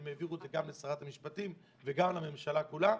הם העבירו את זה גם לשרת המשפטים וגם לממשלה כולה.